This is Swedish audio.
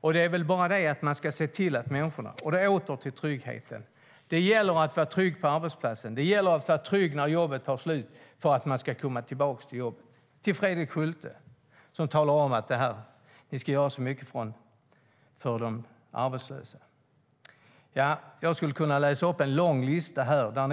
korta utbildningar. Jag kommer åter till frågan om tryggheten. Det gäller att människor är trygga på arbetsplatsen, och det gäller att de är trygga när jobbet tar slut för att de ska komma tillbaka till jobb. Fredrik Schulte talar om att ni ska göra så mycket för de arbetslösa. Jag skulle kunna läsa upp en lång lista där ni har röstat nej.